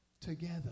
together